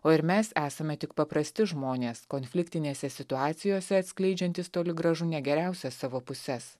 o ir mes esame tik paprasti žmonės konfliktinėse situacijose atskleidžiantys toli gražu ne geriausias savo puses